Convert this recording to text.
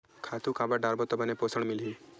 खातु काबर डारबो त बने पोषण मिलही?